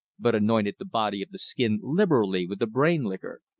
but anointed the body of the skin liberally with the brain liquor.